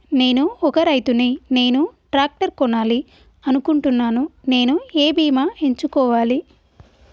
నేను ఒక రైతు ని నేను ట్రాక్టర్ కొనాలి అనుకుంటున్నాను నేను ఏ బీమా ఎంచుకోవాలి?